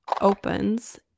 opens